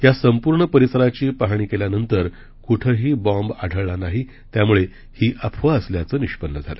या संपूर्ण परिसराची पाहणी केल्यानंतर कोठेही बॉम्ब आढळला नाही त्यामुळे ही अफवा असल्याचं निष्पन्न झालं